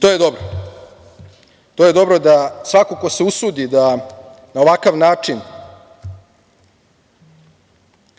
To je dobro. To je dobro da svako ko se usudi da na ovakav način